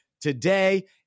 today